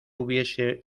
hubiese